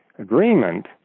agreement